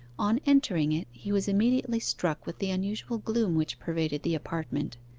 on entering it, he was immediately struck with the unusual gloom which pervaded the apartment.